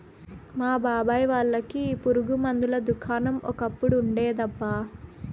మా బాబాయ్ వాళ్ళకి పురుగు మందుల దుకాణం ఒకప్పుడు ఉండేదబ్బా